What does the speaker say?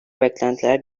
beklentiler